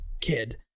kid